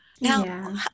Now